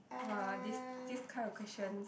!wah! this this kind of questions